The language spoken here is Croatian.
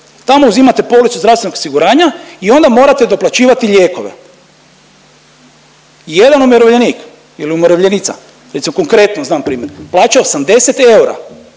tamo uzimate policu zdravstvenog osiguranja i onda morate doplaćivati lijekove. Jedan umirovljenik ili umirovljenica recimo konkretno znam primjer plaća 80 eura